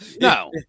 No